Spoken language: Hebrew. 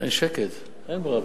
שקט, אין בראבו.